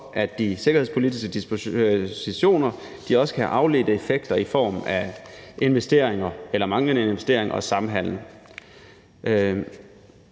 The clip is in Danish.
de sikkerhedspolitiske dispositioner kan have afledte effekter i form af investeringer, eller manglende investeringer og samhandel.